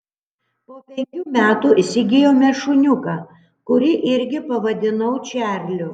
po penkių metų įsigijome šuniuką kurį irgi pavadinau čarliu